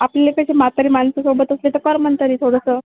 आपल्याला कसं म्हातारे माणसं सोबत असले तर करमंल तरी थोडंसं